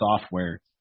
software